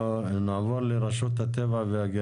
שתוך כדי בתכנית הזאת אנחנו מסדירים ומדייקים את הגבולות של הגן